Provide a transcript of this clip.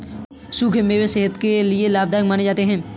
सुखे मेवे सेहत के लिये लाभदायक माने जाते है